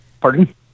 Pardon